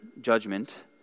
judgment